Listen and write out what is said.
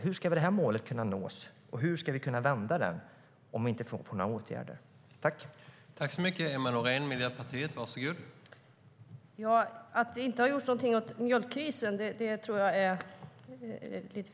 Hur ska det här målet kunna nås, och hur ska vi kunna vända utvecklingen om vi inte får några åtgärder?